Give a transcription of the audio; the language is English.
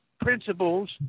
principles